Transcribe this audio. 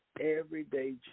everyday